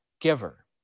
giver